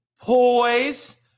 poise